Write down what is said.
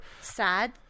Sad